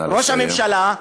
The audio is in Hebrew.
ראש הממשלה,